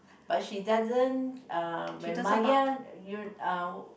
but she doesn't uh when Maya mu uh